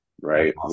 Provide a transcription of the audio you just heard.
right